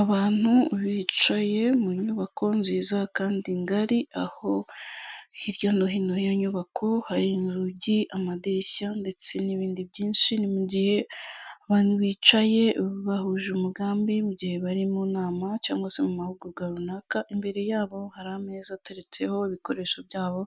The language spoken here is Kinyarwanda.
Abantu bicaye mu nyubako nziza kandi ngari, aho hirya no hino yiyo nyubako hari urugi, amadirishya, ndetse n'ibindi byinshi, ni mu gihe abantu bicaye bahuje umugambi, mu gihe bari mu nama cyangwa se mu mahugurwa runaka, imbere yabo hari ameza ateretseho ibikoresho byabo,